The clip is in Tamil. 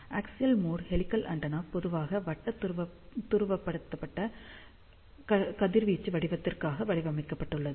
அஃஸியல் மோட் ஹெலிகல் ஆண்டெனா பொதுவாக வட்ட துருவப்படுத்தப்பட்ட கதிர்வீச்சு வடிவத்திற்காக வடிவமைக்கப்பட்டுள்ளது